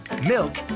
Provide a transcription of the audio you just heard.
milk